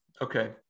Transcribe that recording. Okay